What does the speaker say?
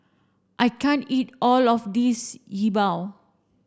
I can't eat all of this Yi Bua